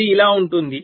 అది ఇలా ఉంటుంది